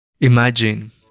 Imagine